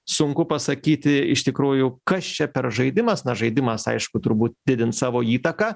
sunku pasakyti iš tikrųjų kas čia per žaidimas na žaidimas aišku turbūt didint savo įtaką